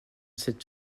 sept